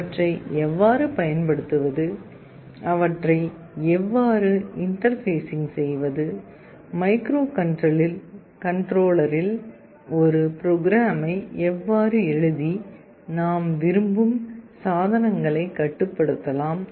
அவற்றை எவ்வாறு பயன்படுத்துவது அவற்றை எவ்வாறு இன்டர்பேஸிங் செய்வது மைக்ரோகண்ட்ரோலரில் ஒரு ப்ரோக்ராமை எவ்வாறு எழுதி நாம் விரும்பும் சாதனங்களை கட்டுப்படுத்தலாம்